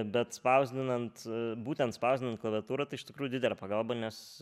bet spausdinant būtent spausdinant klaviatūra tai iš tikrųjų didelė pagalba nes